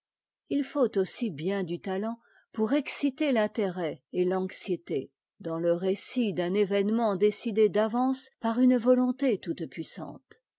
il faut aussi bien du talent pour exciter t'intérêt et l'anxiété dans le récit d'un événement décidé d'avance par une volonté